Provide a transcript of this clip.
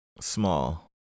small